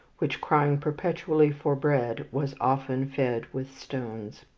which, crying perpetually for bread, was often fed with stones.